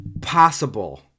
possible